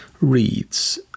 reads